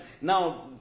Now